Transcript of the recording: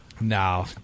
No